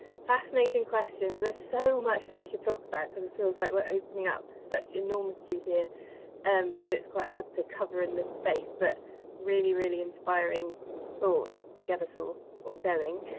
fascinating questions. there's so much that we could talk about sort of. feels like we're opening up such enormity here and that it's quite hard to cover in this space. but really, really inspiring thoughts to get us all all going.